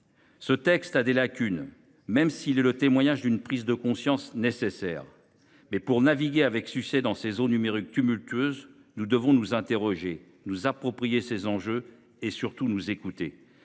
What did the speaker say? nombre de lacunes. Il témoigne certes d’une prise de conscience nécessaire. Mais, pour naviguer avec succès dans ces eaux numériques tumultueuses, nous devons nous interroger, nous approprier les enjeux et surtout nous écouter